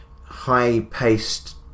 high-paced